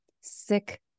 sick